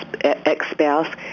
ex-spouse